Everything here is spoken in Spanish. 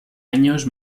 años